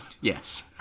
Yes